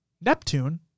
Neptune